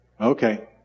Okay